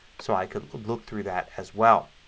so i can look through that as well.